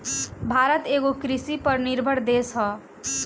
भारत एगो कृषि पर निर्भर देश ह